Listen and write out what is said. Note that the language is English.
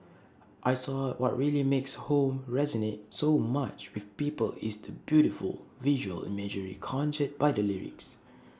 I thought what really makes home resonate so much with people is the beautiful visual imagery conjured by the lyrics